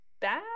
bad